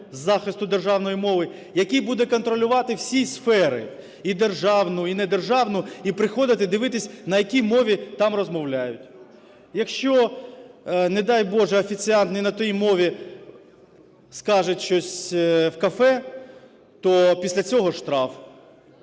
захисту державної мови, який буде контролювати всі сфери (і державну, і недержавну) і приходити, дивитися, на якій мові там розмовляють. Якщо, не дай Боже, офіціант не на тій мові скаже щось в кафе, то після цього штраф.